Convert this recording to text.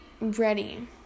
ready